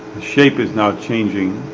shape is now changing.